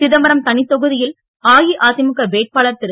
சிதம்பரம் தனித் தொகுதியில் அஇஅதிமுக வேட்பாளர் திரு